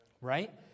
right